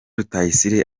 rutayisire